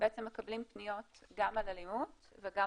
בעצם מקבלים פניות גם על אלימות וגם